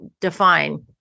define